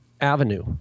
Avenue